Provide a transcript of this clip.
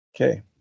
Okay